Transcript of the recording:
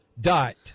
dot